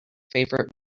favorite